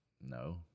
no